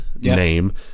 name